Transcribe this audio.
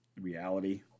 reality